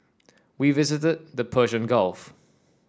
we visited the Persian Gulf